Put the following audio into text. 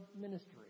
ministry